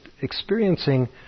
experiencing